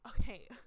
okay